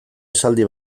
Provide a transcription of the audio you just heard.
esaldi